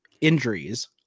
injuries